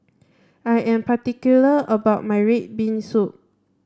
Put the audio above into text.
I am particular about my red bean soup